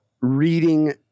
reading